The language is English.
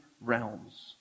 realms